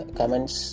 comments